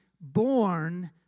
born